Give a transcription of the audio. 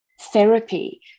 therapy